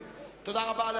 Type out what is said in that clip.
תודה רבה על